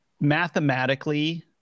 mathematically